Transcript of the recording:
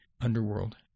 underworld